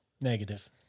Negative